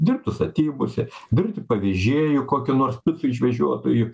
dirbti statybose dirbti pavėžėju kokiu nors išvežiotoju